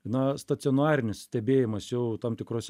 na stacionarinis stebėjimas jau tam tikrose